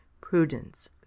prudence